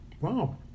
Wow